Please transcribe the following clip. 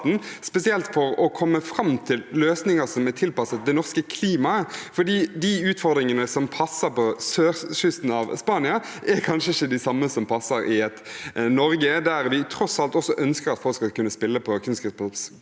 spesielt for å komme fram til løsninger som er tilpasset det norske klimaet. For de utfordringene som passer på sørkysten av Spania, er kanskje ikke de samme som passer i Norge, der vi tross alt ønsker at folk skal kunne spille på kunstgressbaner